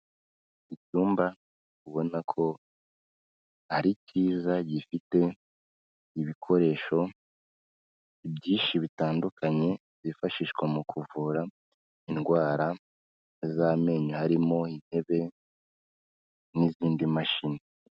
Icyumba ubona ko ari cyiza gifite ibikoresho byinshi bitandukanye byifashishwa mu kuvura indwara z'amenyo harimo intebe, n'izindi mashini.